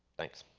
thanks.